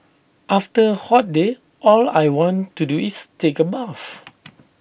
after A hot day all I want to do is take A bath